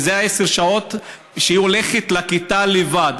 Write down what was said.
ואלה עשר השעות שבהן היא הולכת לכיתה לבד.